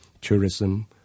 tourism